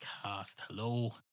Hello